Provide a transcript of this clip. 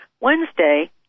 Wednesday